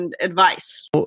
advice